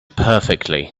perfectly